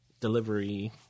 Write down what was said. delivery